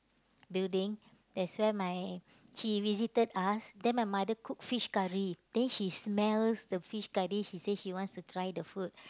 building that's where my she visited us then my mother cook fish curry then she smells the fish curry she says she wants to try the food